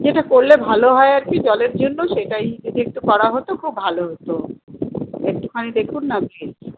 যেটা করলে ভালো হয় আর কি জলের জন্য সেটাই যদি একটু করা হতো খুব ভালো হতো একটুখানি দেখুন না প্লিজ